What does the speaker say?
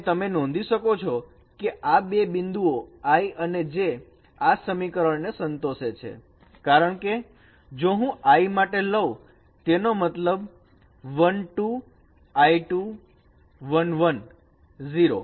અને તમે નોંધી શકો છો કે આ બે બિંદુઓ I અને J આ સમીકરણ ને સંતોષે છે કારણકે જો હું I માટે લવ તેનો મતલબ 12 i2 11 0